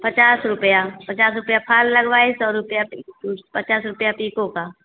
पचास रुपया पचास रूपया फाल लगवाई सौ रुपया पि पचास रूपया पिको का